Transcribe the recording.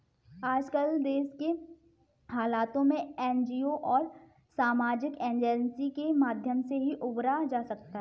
आजकल देश के हालातों से एनजीओ और सामाजिक एजेंसी के माध्यम से ही उबरा जा सकता है